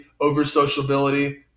over-sociability